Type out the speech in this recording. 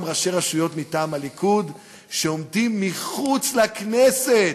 ראשי רשויות מטעם הליכוד שעומדים מחוץ לכנסת.